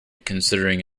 considering